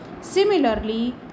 similarly